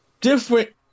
Different